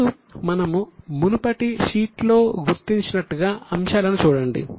ముందు మనము మునుపటి షీట్లో గుర్తించినట్లుగా అంశాలను చూడండి